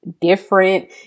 different